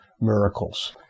miracles